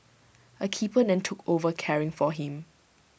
A keeper then took over caring for him